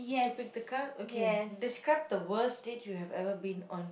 to pick the card okay describe the worst date you have ever been on